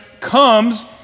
comes